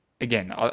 again